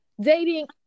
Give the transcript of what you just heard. dating